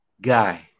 Guy